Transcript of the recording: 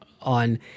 on